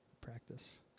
practice